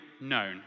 known